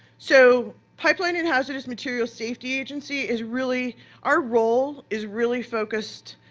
so pipeline and hazardous material safety agency is really our role is really focused